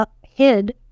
hid